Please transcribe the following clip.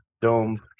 Dome